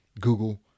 Google